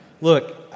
look